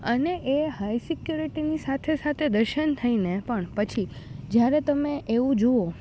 અને એ હાઇ સિક્યૉરિટીની સાથે સાથે દર્શન થઈને પણ પછી જ્યારે તમે એવું જુઓ